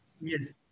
Yes